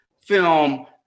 film